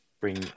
bring